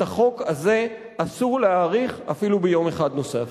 את תוקף החוק הזה אסור להאריך אפילו ביום אחד נוסף.